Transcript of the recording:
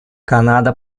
канада